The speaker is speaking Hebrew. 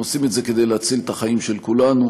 הם עושים את זה כדי להציל את החיים של כולנו.